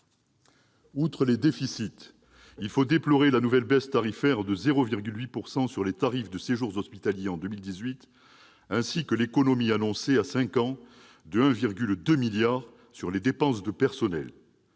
Outre les déficits, il faut déplorer la nouvelle baisse tarifaire de 0,8 % sur les tarifs des séjours hospitaliers en 2018, ainsi que l'économie annoncée à cinq ans de 1,2 milliard sur les dépenses de personnel.